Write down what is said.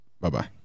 Bye-bye